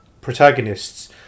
protagonists